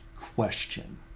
question